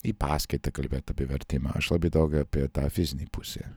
į paskaitą kalbėt apie vertimą aš labai daug apie tą fizinį pusę